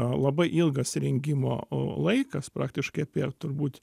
labai ilgas rengimo laikas praktiškai apie turbūt